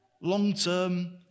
Long-term